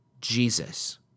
Jesus